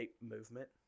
movement